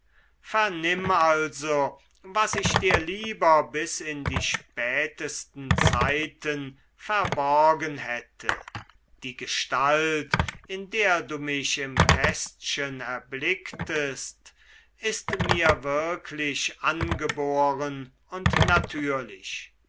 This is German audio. vernimm also was ich dir lieber bis in die spätesten zeiten verborgen hätte die gestalt in der du mich im kästchen erblicktest ist mir wirklich angeboren und natürlich